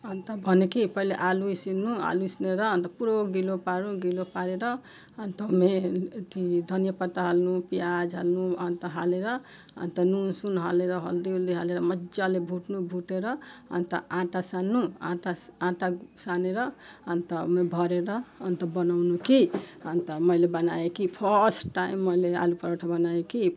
अन्त भन्यो कि पहिला आलु उसिन्नु आलु उसिनेर अन्त पुरो गिलो पार्नु गिलो पारेर अन्त मे अथी धनियाँ पत्ता हाल्नु प्याज हाल्नु अन्त हालेर अन्त नुनसुन हालेर हल्दीवल्दी हालेर मजाले भुट्नु भुटेर अन्त आँटा सान्नु आँटा आँटा सानेर अन्त मे भरेर अन्त बनाउनु कि अन्त मैले बनाएँ कि फर्स्ट टाइम मैले आलुपराठा बनाएँ कि